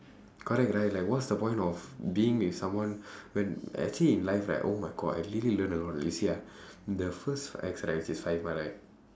correct right like what's the point of being with someone when actually in life right oh my god I really learn a lot you see ah the first ex right which is right